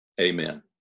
amen